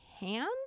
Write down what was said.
hand